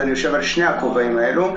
אז אני יושב על שני הכובעים האלו.